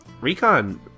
Recon